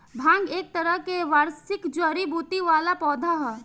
भांग एक तरह के वार्षिक जड़ी बूटी वाला पौधा ह